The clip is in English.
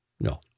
no